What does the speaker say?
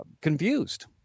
confused